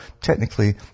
technically